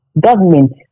government